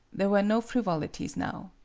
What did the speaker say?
there were no frivolities now.